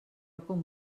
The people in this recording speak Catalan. com